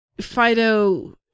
Fido